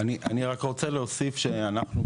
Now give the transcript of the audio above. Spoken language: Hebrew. אני רק רוצה להוסיף שאנחנו,